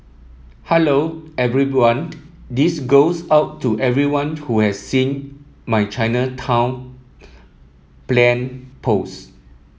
hello everyone This goes out to everyone who has seen my Chinatown plane post